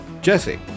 Jesse